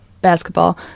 basketball